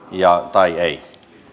tai ei